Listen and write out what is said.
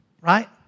right